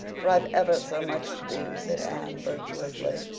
for i've ever so much to do, said anne virtuously.